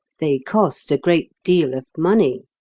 they cost a great deal of money.